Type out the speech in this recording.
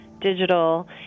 digital